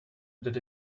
that